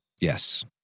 Yes